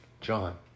John